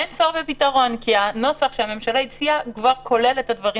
אין צורך בפתרון כי הנוסח שהממשלה הציעה הוא כבר כולל את הדברים